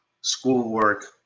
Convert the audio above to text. schoolwork